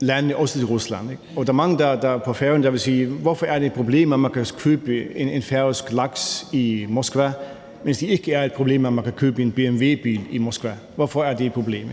lande også til Rusland, og der er mange på Færøerne, der vil sige: Hvorfor er det et problem, at man kan købe en færøsk laks i Moskva, mens det ikke er et problem, at man kan købe en BMW-bil i Moskva? Hvorfor er det et problem?